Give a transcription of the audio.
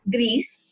Greece